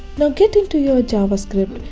now, get into your javascript,